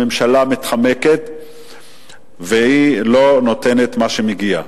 הממשלה מתחמקת ולא נותנת מה שמגיע,